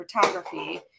photography